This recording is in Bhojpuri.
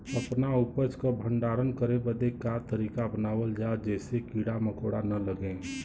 अपना उपज क भंडारन करे बदे का तरीका अपनावल जा जेसे कीड़ा मकोड़ा न लगें?